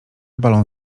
balon